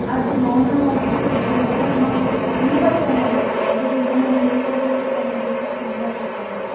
ಅದು ಮೌನವಾಗಿದ್ದರೆ ಎಷ್ಟು ನೋಡೋಕ್ಕೆ ಮಾತ್ರ ಎಷ್ಟು ತುಂಬ ಚೆನ್ನಾಗಿರುತ್ತೆ ಅದರಿಂದ ನಂಗೆ ನಿಸರ್ಗ ಚಿತ್ರವನ್ನು ಬಿಡ್ಸಕ್ಕೆ ತುಂಬ ಇಷ್ಟ ಆಗುತ್ತೆ